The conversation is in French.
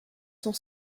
sont